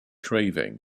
craving